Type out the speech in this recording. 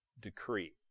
decree